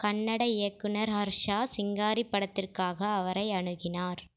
கன்னட இயக்குனர் ஹர்ஷா சிங்காரி படத்திற்காக அவரை அணுகினார்